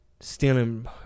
stealing